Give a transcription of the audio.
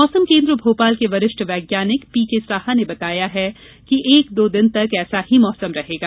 मौसम केन्द्र भोपाल के वरिष्ठ वैज्ञानिक पीके साहा ने बताया कि एक दो दिन तक ऐसा ही मौसम रहेगा